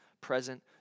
present